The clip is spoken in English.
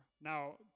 Now